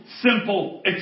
simple